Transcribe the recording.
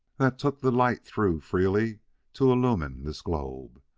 that took the light through freely to illumine this globe,